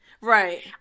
Right